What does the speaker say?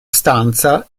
stanza